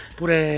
pure